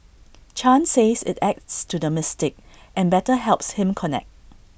chan says IT adds to the mystique and better helps him connect